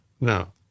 No